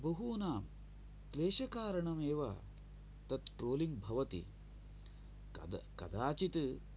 बहूनां द्वेशकारणमेव तत् ट्रोलिङ्ग् भवति कदा कदाचिद्